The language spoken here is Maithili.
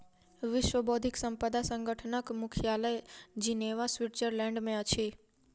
विश्व बौद्धिक संपदा संगठनक मुख्यालय जिनेवा, स्विट्ज़रलैंड में अछि